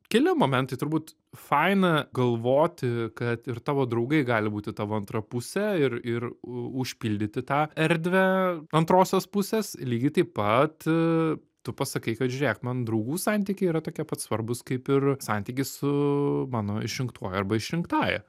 keli momentai turbūt faina galvoti kad ir tavo draugai gali būti tavo antra pusė ir ir užpildyti tą erdvę antrosios pusės lygiai taip pat tu pasakai kad žiūrėk man draugų santykiai yra tokie pat svarbūs kaip ir santykis su mano išrinktuoju arba išrinktąja